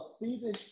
season